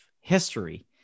history